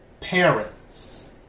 parents